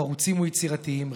חרוצים ויצירתיים,